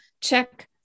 check